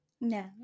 No